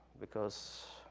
because,